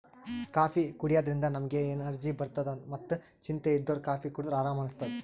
coffee ಕುಡ್ಯದ್ರಿನ್ದ ನಮ್ಗ್ energy ಬರ್ತದ್ ಮತ್ತ್ ಚಿಂತಿ ಇದ್ದೋರ್ ಕಾಫೀ ಕುಡದ್ರ್ ಆರಾಮ್ ಅನಸ್ತದ್